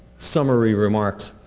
summary remarks.